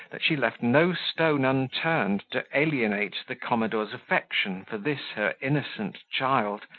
that she left no stone unturned to alienate the commodore's affection for this her innocent child,